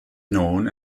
known